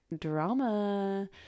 drama